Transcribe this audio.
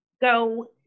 go